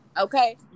Okay